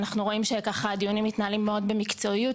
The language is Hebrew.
אנחנו רואים שהדיונים מתנהלים מאוד במקצועיות,